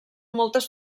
moltes